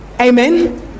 Amen